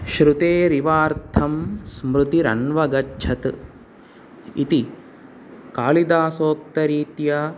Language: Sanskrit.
श्रुतेरिवार्थं स्मृतिरन्वगच्छत् इति काळिदासोक्तरीत्या